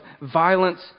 violence